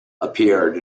appeared